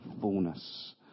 fullness